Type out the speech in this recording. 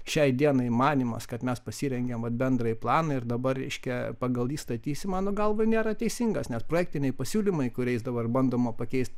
šiai dienai manymas kad mes pasirengėm vat bendrąjį planą ir dabar reiškia pagal jį statysim mano galva nėra teisingas net projektiniai pasiūlymai kuriais dabar bandoma pakeist